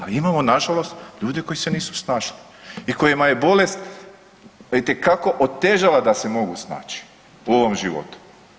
A imamo nažalost ljude koji se nisu snašli i kojima je bolest itekako otežala da se mogu snaći u ovom životu.